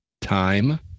time